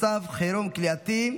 (מצב חירום כליאתי)